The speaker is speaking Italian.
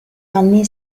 anni